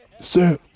Sir